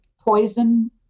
poison